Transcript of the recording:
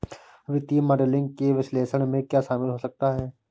वित्तीय मॉडलिंग के विश्लेषण में क्या शामिल हो सकता है?